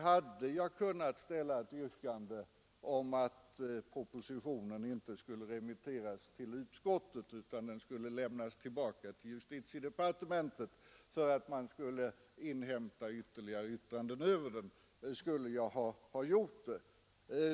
Hade jag kunnat ställa ett yrkande om att propositionen inte skulle remitteras till utskottet utan lämnas tillbaka till justitiedepartementet för att departementet skulle inhämta ytterligare yttranden över den, skulle jag ha gjort det.